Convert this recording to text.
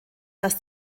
dass